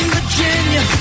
Virginia